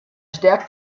stärkt